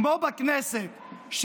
כמו בכנסת,